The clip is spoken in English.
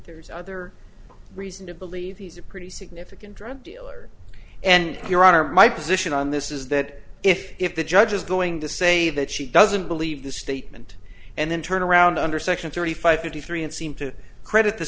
there's another reason to believe he's a pretty significant drug dealer and your honor my position on this is that if the judge is going to say that she doesn't believe the statement and then turn around under section thirty five thirty three and seem to credit the